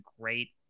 great